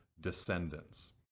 descendants